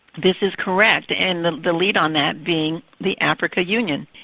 this is correct and the the lead on that being the african union,